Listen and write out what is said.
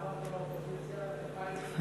אחמד טיבי וישראל אייכלר בהמשך,